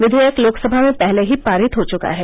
विधेयक लोकसभा में पहले ही पारित हो चुका है